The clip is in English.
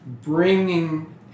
bringing